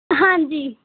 ਹਾਂਜੀ